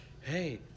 hey